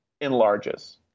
enlarges